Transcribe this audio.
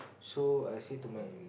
so I say to my